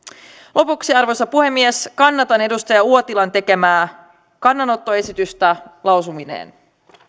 lopuksi arvoisa puhemies kannatan edustaja uotilan tekemää kannanottoesitystä lausumineen